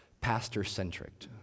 pastor-centric